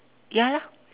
ya lah